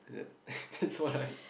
at that that's why I